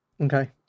Okay